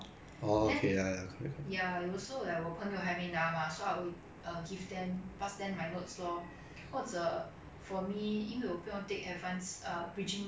或者 for me 因为我不用 take advanced err bridging math ah then I will pass them my normal math notes also afterwards for my group of friends lah